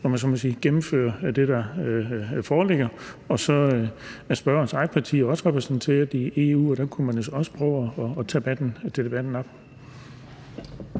sige, kan gennemføre det, der foreligger. Så er spørgerens parti også repræsenteret i EU, og der kunne man jo så også prøve at tage debatten. Kl.